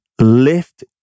lift